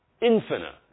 infinite